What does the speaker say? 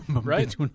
Right